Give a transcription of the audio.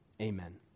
Amen